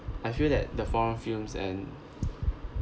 I feel that the foreign films and